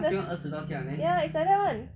ya is like that one